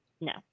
No